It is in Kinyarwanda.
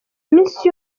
minsi